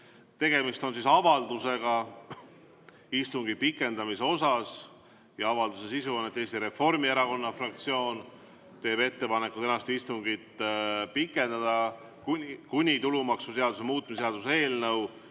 Tegemist on avaldusega istungi pikendamise kohta. Avalduse sisu on, et Eesti Reformierakonna fraktsioon teeb ettepaneku tänast istungit pikendada kuni tulumaksuseaduse muutmise seaduse eelnõu